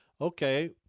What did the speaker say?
okay